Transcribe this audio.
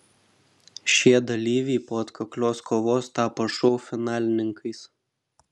šie dalyviai po atkaklios kovos tapo šou finalininkais